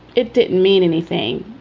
it didn't mean anything,